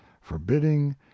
forbidding